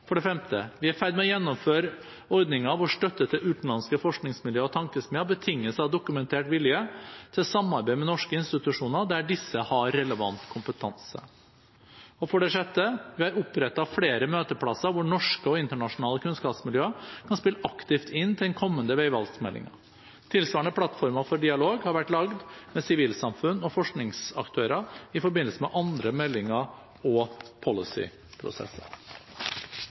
For det femte: Vi er i ferd med å gjennomføre ordninger hvor støtte til utenlandske forskningsmiljøer og tankesmier betinges av dokumentert vilje til samarbeid med norske institusjoner der disse har relevant kompetanse. For det sjette: Vi har opprettet flere møteplasser hvor norske og internasjonale kunnskapsmiljøer kan spille aktivt inn til den kommende veivalgmeldingen. Tilsvarende plattformer for dialog har vært laget med sivilsamfunn og forskningsaktører i forbindelse med andre meldinger og